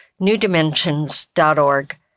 newdimensions.org